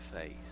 faith